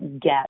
get